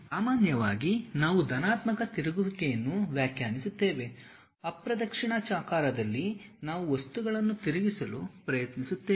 ಸಾಮಾನ್ಯವಾಗಿ ನಾವು ಧನಾತ್ಮಕ ತಿರುಗುವಿಕೆಯನ್ನು ವ್ಯಾಖ್ಯಾನಿಸುತ್ತೇವೆ ಅಪ್ರದಕ್ಷಿಣಾಕಾರದಲ್ಲಿ ನಾವು ವಸ್ತುಗಳನ್ನು ತಿರುಗಿಸಲು ಪ್ರಯತ್ನಿಸುತ್ತೇವೆ